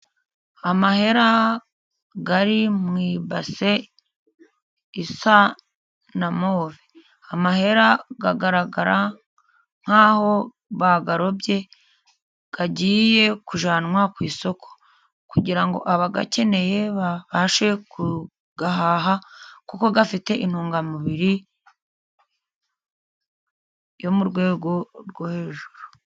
Amahera ari mu ibase isa na move. Amahera agaragara nk'aho bayarobye agiye kujyanwa ku isoko kugira ngo abayakeneye babashe kuyahaha kuko afite intungamubiri yo mu rwego rwo hejuru.